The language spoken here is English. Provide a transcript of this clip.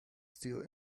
still